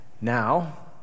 Now